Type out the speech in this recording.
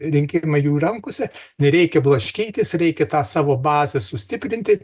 rinkimai jų rankose nereikia blaškytis reikia tą savo bazę sustiprinti